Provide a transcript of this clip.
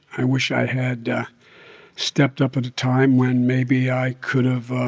i wish i had stepped up at a time when maybe i could have ah